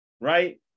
right